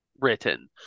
written